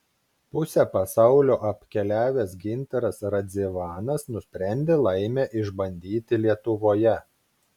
pusę pasaulio apkeliavęs gintaras radzivanas nusprendė laimę išbandyti lietuvoje